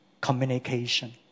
communication